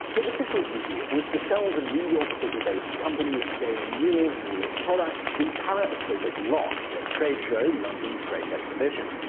his official duty was to sell the new york city-based company day and newell's newest product the parautopic lock at a trade show london's great exhibition.